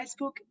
Facebook